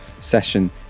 session